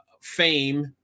fame